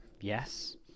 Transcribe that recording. yes